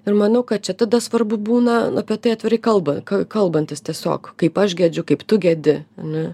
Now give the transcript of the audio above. ir manau kad čia tada svarbu būna apie tai atvirai kalba kalbantis tiesiog kaip aš gedžiu kaip tu gedi ane